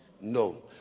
No